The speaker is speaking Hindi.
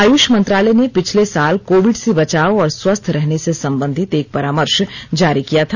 आयुष मंत्रालय ने पिछले साल कोविड से बचाव और स्वस्थ रहने से संबंधित एक परामर्श जारी किया था